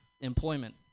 employment